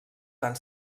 van